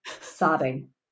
sobbing